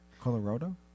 Colorado